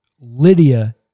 Lydia